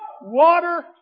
water